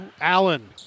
Allen